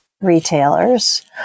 retailers